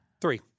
Three